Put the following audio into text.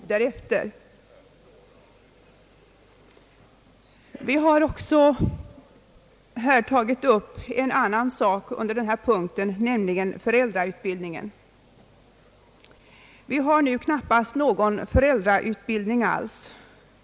Vi har under denna punkt också tagit upp en annan sak, nämligen föräldrautbildningen. Det finns nu knappast någon föräldrautbildning alls.